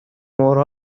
مهره